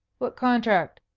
what contract?